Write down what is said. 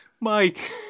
Mike